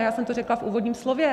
Já jsem to řekla v úvodním slově.